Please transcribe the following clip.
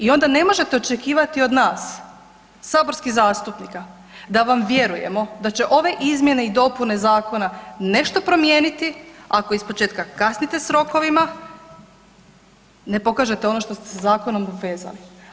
I onda ne možete očekivati od nas, saborskih zastupnika da vam vjerujemo da će ove izmjene i dopune zakona nešto promijeniti ako ispočetka kasnite s rokovima, ne pokažete ono što ste se zakonom obvezali.